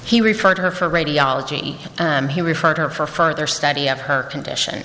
he referred her for radiology he referred her for further study of her condition